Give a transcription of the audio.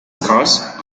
scarce